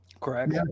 Correct